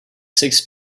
six